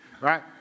right